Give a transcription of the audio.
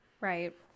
right